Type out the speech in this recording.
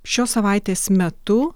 šios savaitės metu